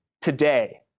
today